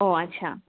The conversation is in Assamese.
অঁ আচ্ছা